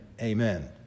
Amen